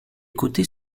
côtés